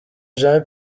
jean